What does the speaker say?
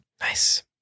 nice